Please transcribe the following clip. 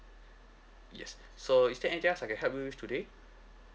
yes so is there anything else I can help you with today